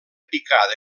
picada